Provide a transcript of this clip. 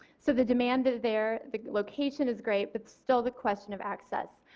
so the demand there the location is great but still the question of access.